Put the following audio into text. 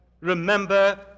Remember